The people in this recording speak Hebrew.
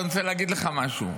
אני רוצה להגיד לך משהו,